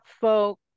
folk